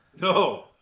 No